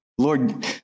Lord